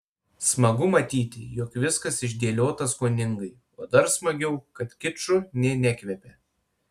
smagu matyti jog viskas išdėliota skoningai o dar smagiau kad kiču nė nekvepia